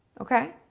okay?